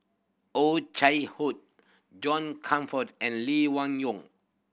Oh Chai Hoo John Crawfurd and Lee Wung Yew